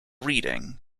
reading